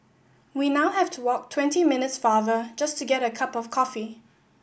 we now have to walk twenty minutes farther just to get a cup of coffee